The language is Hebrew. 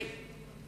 כספי